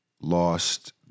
lost